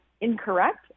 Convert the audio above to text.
incorrect